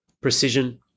precision